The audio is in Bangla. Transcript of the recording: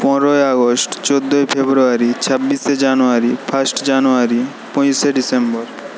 পনেরোই আগস্ট চোদ্দোই ফেব্রুয়ারি ছাব্বিশে জানুয়ারি ফার্স্ট জানুয়ারি পঁচিশে ডিসেম্বর